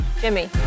Jimmy